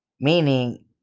Meaning